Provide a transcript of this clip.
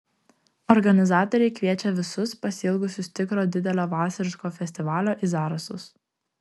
organizatoriai kviečia visus pasiilgusius tikro didelio vasariško festivalio į zarasus